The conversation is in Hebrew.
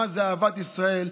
מה זה אהבת ישראל,